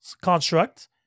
construct